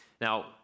Now